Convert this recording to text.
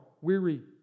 weary